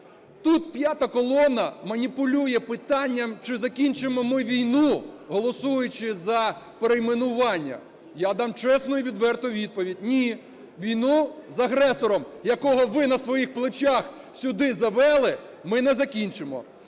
Тут "п'ята колона" маніпулює питанням, чи закінчимо ми війну, голосуючи за перейменування. Я дам чесну і відверту відповідь: ні, війну з агресором, якого ви на своїх плечах сюди завели, ми не закінчимо.